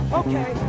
okay